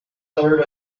third